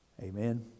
Amen